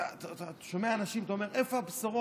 אתה שומע אנשים, אתה אומר: איפה הבשורות?